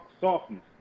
softness